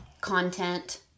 content